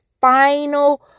final